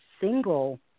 single